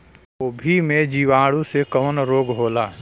गोभी में जीवाणु से कवन रोग होला?